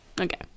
okay